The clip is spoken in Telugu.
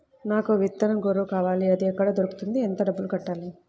నాకు విత్తనం గొర్రు కావాలి? అది ఎక్కడ దొరుకుతుంది? ఎంత డబ్బులు కట్టాలి?